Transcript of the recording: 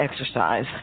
exercise